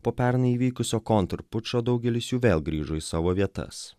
po pernai įvykusio kontrpučo daugelis jų vėl grįžo į savo vietas